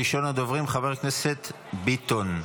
ראשון הדוברים, חבר הכנסת ביטון.